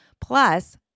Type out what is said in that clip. plus